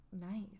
nice